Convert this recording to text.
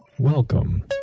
Welcome